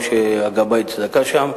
הוא גבאי הצדקה שם.